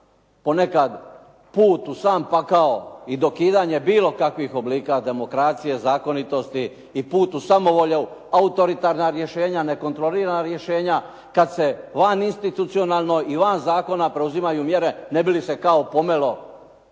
ponekad put u sam pakao i dokidanje bilo kakvih oblika demokracije, zakonitosti i put u samovolju, autoritarna rješenja, nekontrolirana rješenja kad se vaninstitucionalno i van zakona preuzimaju mjere ne bi li se kao pomeo